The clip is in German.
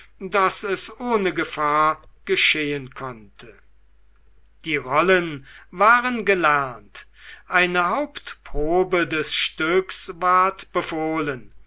daß es ohne gefahr geschehen konnte die rollen waren gelernt eine hauptprobe des stücks ward befohlen